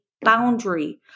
boundary